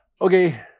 Okay